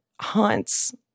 haunts